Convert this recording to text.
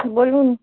বলুন